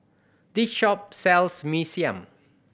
this shop sells Mee Siam